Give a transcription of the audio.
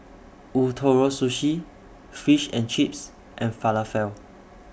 Ootoro Sushi Fish and Chips and Falafel